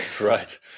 Right